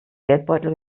geldbeutel